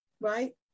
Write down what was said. right